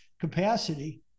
capacity